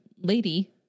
lady